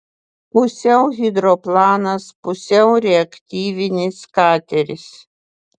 pusiau hidroplanas pusiau reaktyvinis kateris